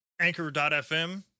anchor.fm